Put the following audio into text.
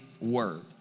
word